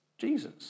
Jesus